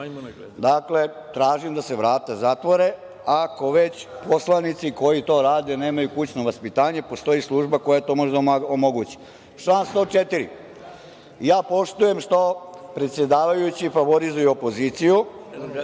Dakle, tražim da se vrata zatvore, ako već poslanici koji to rade nemaju kućno vaspitanje, postoji služba koja to može da omogući. Član 104. Poštujem što predsedavajući favorizuje opoziciju,